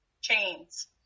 chains